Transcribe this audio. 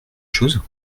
chose